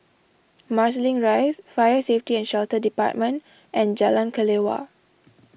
Marsiling Rise Fire Safety and Shelter Department and Jalan Kelawar